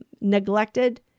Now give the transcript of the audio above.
neglected